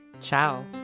Ciao